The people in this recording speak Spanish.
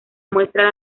muestra